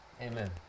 Amen